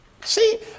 See